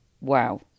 wow